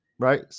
Right